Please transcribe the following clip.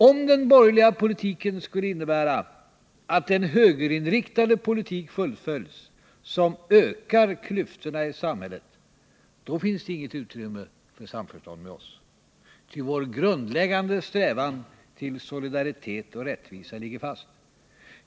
Om den borgerliga politiken skulle innebära att en högerinriktad politik fullföljs som ökar klyftorna i samhället, då finns det inget utrymme för samförstånd med oss, ty vår grundläggande strävan till solidaritet och rättvisa ligger fast.